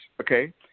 okay